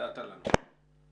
--- נקטעת לנו.